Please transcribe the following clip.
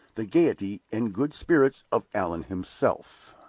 the gayety and good spirits of allan himself.